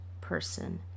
person